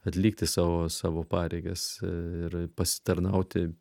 atlikti savo savo pareigas ir pasitarnauti